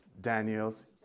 Daniel's